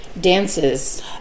dances